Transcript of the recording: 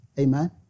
Amen